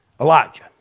Elijah